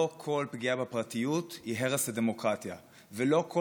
לא כל פגיעה בפרטיות היא הרס הדמוקרטיה ולא כל